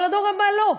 אבל הדור הבא לא.